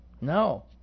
No